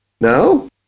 no